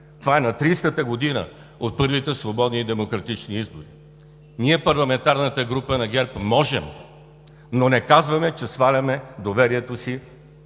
Това е на тридесетата година от първите свободни и демократични избори. Ние, парламентарната група на ГЕРБ, можем, но не казваме, че сваляме доверието си